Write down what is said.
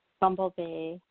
Bumblebee